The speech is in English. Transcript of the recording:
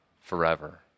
forever